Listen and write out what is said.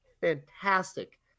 fantastic